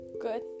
Good